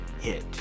hit